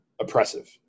oppressive